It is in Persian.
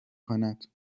کند